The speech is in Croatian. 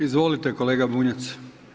Izvolite kolega Bunjac.